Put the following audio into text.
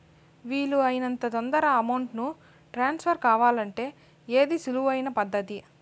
వీలు అయినంత తొందరగా అమౌంట్ ను ట్రాన్స్ఫర్ కావాలంటే ఏది సులువు అయిన పద్దతి